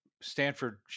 Stanford